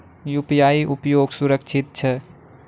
UPI उपयोग सुरक्षित छै?